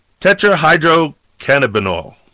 Tetrahydrocannabinol